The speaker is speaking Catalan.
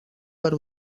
per